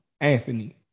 Anthony